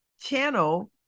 channel